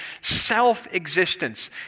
self-existence